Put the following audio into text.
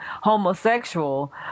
homosexual